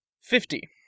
Fifty